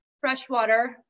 freshwater